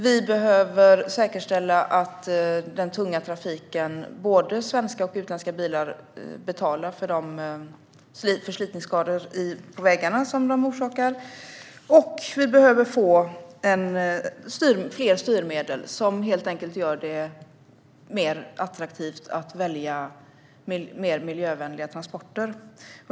Vi behöver säkerställa att den tunga trafiken, både svenska och utländska lastbilar, betalar för de förslitningsskador på vägarna som den orsakar. Vi behöver få fler styrmedel som helt enkelt gör det mer attraktivt att välja mer miljövänliga transporter.